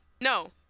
no